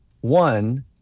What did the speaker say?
One